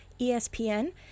ESPN